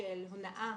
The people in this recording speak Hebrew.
של הונאה